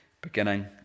beginning